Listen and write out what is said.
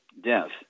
death